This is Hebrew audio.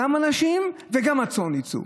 גם הנשים וגם הצאן יצאו.